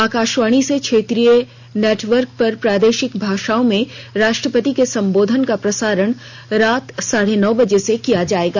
आकाशवाणी से क्षेत्रीय नेटवर्क पर प्रादेशिक भाषाओं में राष्ट्रपति के संबोधन का प्रसारण रात साढे नौ बजे से किया जाएगा